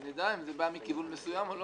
שנדע אם זה בא מכיוון מסוים או לא.